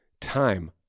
time